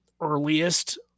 earliest